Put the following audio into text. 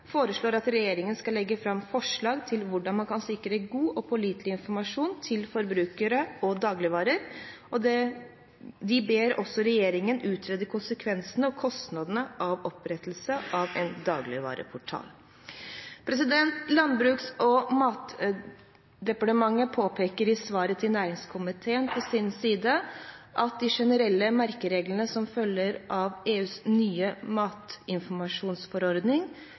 foreslår at regjeringen skal legge fram forslag om hvordan man kan sikre god og pålitelig informasjon om dagligvarer til forbrukerne. De ber også regjeringen utrede konsekvensene og kostnadene ved opprettelse av en dagligvareportal. Landbruks- og matdepartementet, på sin side, påpeker i svaret til næringskomiteen at de generelle merkereglene som følger av EUs nye matinformasjonsforordning,